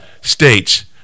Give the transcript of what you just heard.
states